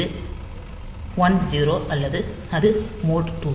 இது 1 0 அது மோட் 2